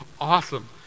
awesome